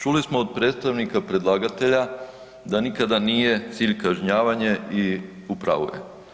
Čuli smo od predstavnika predlagatelja da nikada nije cilj kažnjavanje i u pravu je.